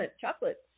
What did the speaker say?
Chocolates